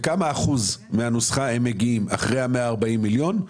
לכמה אחוזים מהנוסחה הן מגיעות אחרי ה-140 מיליון שקלים?